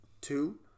two